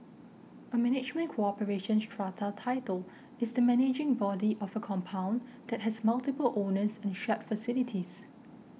a management corporation strata title is the managing body of a compound that has multiple owners and shared facilities